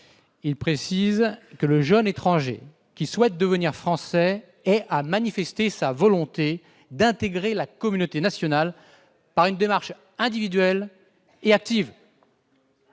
de préciser que le jeune étranger souhaitant devenir français doit avoir manifesté sa volonté d'intégrer la communauté nationale par une démarche individuelle et active.